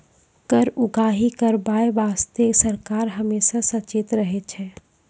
कर उगाही करबाय बासतें सरकार हमेसा सचेत रहै छै